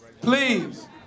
please